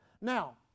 Now